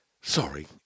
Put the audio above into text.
Sorry